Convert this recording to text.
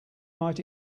might